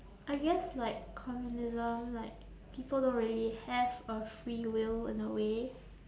I guess like communism like people don't really have a free will in a way